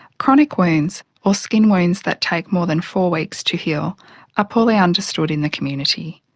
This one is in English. chronic wounds or skin wounds that take more than four weeks to heal are poorly understood in the community.